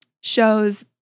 shows